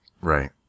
Right